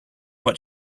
what